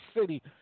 city